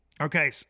okay